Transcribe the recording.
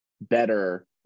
better